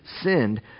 sinned